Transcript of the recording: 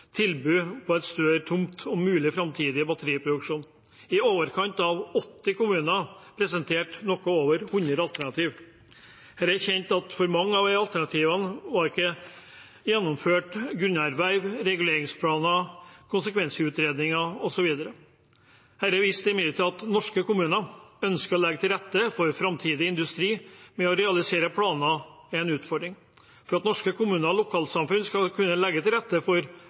tilbud på en større tomt for en mulig framtidig batteriproduksjon. I overkant av 80 kommuner presenterte litt over 100 alternativer. Det er kjent at for mange av alternativene var det ikke gjennomført grunnerverv, reguleringsplaner, konsekvensutredninger, osv. Dette viste imidlertid at norske kommuner ønsker å legge til rette for framtidig industri, men å realisere planer er en utfordring. For at norske kommuner og lokalsamfunn skal kunne legge til rette for